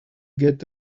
get